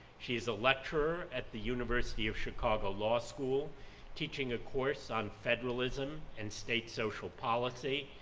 she is a lecturer at the university of chicago law school teaching a course on federalism and state social policy,